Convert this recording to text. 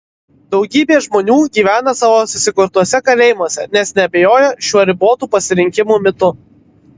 daugybė žmonių gyvena savo susikurtuose kalėjimuose nes neabejoja šiuo ribotų pasirinkimų mitu